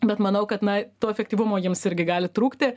bet manau kad na to efektyvumo jiems irgi gali trūkti